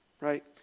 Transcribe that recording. Right